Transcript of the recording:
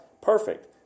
perfect